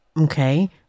okay